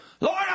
Lord